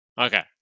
Okay